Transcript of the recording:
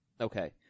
Okay